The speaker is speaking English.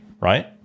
right